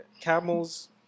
camels